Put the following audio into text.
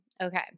Okay